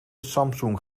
samsung